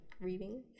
reading